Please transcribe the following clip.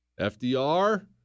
FDR